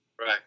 Right